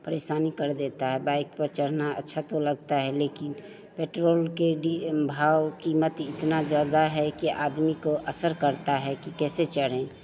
परेशान कर देता है बाइक़ पर चढ़ना अच्छा तो लगता है लेकिन पेट्रोल के डी भाव कीमत इतना ज़्यादा है कि आदमी को असर करता है कि कैसे चढ़ें